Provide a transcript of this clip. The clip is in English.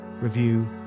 review